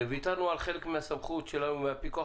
וויתרנו על חלק מהסמכות שלנו בפיקוח